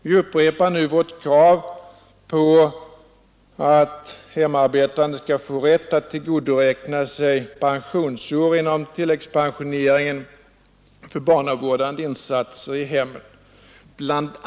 Vi upprepar nu vårt krav på att hemarbetande skall få rätt att tillgodoräkna sig pensionsår inom tilläggspensioneringen för barnavårdande insatser i hemmet. Bl.